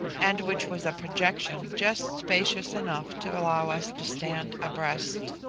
and which was a projection just spacious enough to allow us to stand abreast.